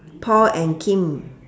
paul and kim